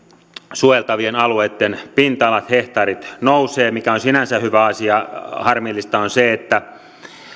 suojeltavien alueitten pinta alat hehtaarit nousevat mikä on sinänsä hyvä asia harmillista on se että